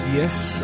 Yes